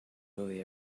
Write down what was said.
movie